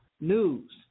news